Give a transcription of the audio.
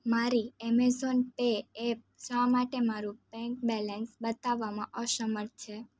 મારી Amazon pay app શા માટે મારું બેંક બેલેન્સ બતાવવામાં અસમર્થ છે